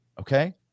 Okay